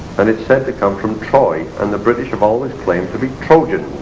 and it's said to come from troy and the british have always claimed to be trojans